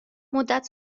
مدت